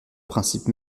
principe